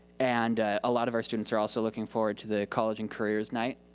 and a lot of our students are also looking forward to the college and careers night,